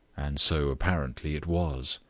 and so apparently it was.